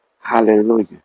Hallelujah